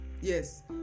Yes